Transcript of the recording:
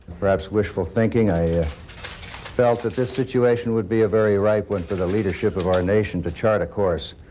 perhaps wishful thinking. i felt that this situation would be a very ripe one for the leadership of our nation to chart a new course,